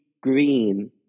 green